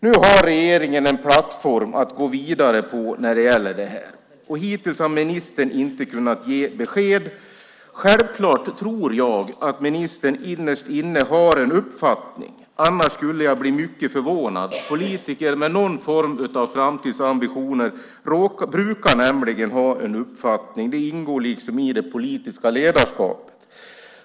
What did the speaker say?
Nu har regeringen en plattform att gå vidare på när det gäller det här. Hittills har ministern inte kunnat ge besked. Självklart tror jag att ministern innerst inne har en uppfattning. Annars skulle jag bli förvånad. Politiker med någon form av framtidsambitioner brukar nämligen ha en uppfattning. Det ingår liksom i det politiska ledarskapet.